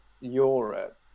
Europe